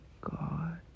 God